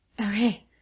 Okay